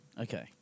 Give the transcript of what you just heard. Okay